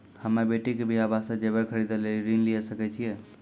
हम्मे बेटी के बियाह वास्ते जेबर खरीदे लेली ऋण लिये सकय छियै?